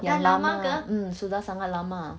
yang lama mm sudah sangat lama